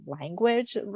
language